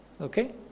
Okay